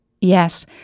Yes